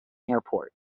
airport